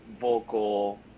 vocal